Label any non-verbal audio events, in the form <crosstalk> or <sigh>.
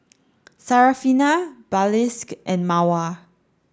Syarafina <unintelligible> and Mawar